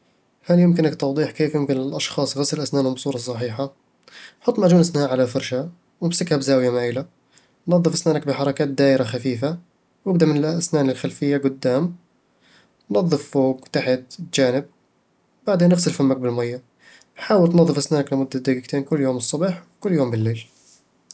هل يمكنك توضيح كيف يمكن للأشخاص غسل أسنانهم بصورة صحيحة؟ حط معجون أسنان على الفرشاة، وامسكها بزاوية مايلة نظّف أسنانك بحركات دايرة خفيفة، وابدا من الأسنان الخلفية قدام نظّف فوق، تحت، والجانب. بعدين، اغسل فمك بالمية حاول تنظف أسنانك لمدة دقيقتين كل يوم الصبح وكل يوم والليل